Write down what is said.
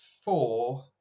four